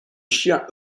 chiens